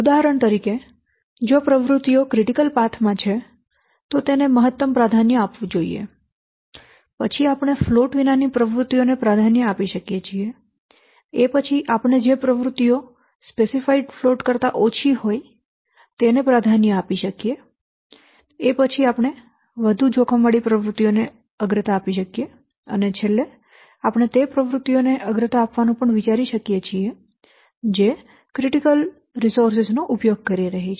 ઉદાહરણ તરીકે જે પ્રવૃત્તિઓ ક્રિટિકલ પાથ માં છે તેને મહત્તમ પ્રાધાન્ય આપવું જોઈએ પછી આપણે ફ્લોટ વિનાની પ્રવૃત્તિઓને પ્રાધાન્ય આપી શકીએ છીએ પછી આપણે જે પ્રવૃત્તિઓ સ્પેસિફાઇડ ફ્લોટ કરતા ઓછી હોય તેને પ્રાધાન્ય આપી શકીએ પછી આપણે વધુ જોખમવાળી પ્રવૃત્તિઓને અગ્રતા આપી શકીએ છીએ અને છેલ્લે આપણે તે પ્રવૃત્તિઓને અગ્રતા આપવાનું પણ વિચારી શકીએ છીએ જે ક્રિટીકલ સંસાધનો નો ઉપયોગ કરી રહી છે